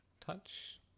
touch